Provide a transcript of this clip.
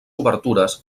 obertures